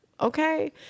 okay